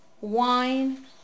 wine